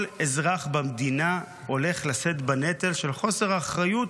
כל אזרח במדינה הולך לשאת בנטל של חוסר אחריות